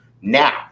now